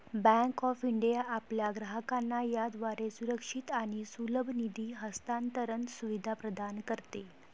bank of India आपल्या ग्राहकांना याद्वारे सुरक्षित आणि सुलभ निधी हस्तांतरण सुविधा प्रदान करते